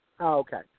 Okay